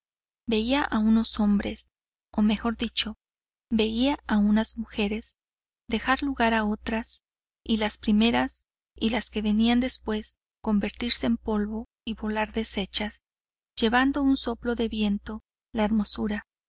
veía a unos hombres o mejor dicho veía a unas mujeres dejar lugar a otras y las primeras y las que venían después convertirse en polvo y volar deshechas llevando un soplo del viento la hermosura